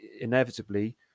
inevitably